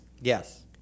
Yes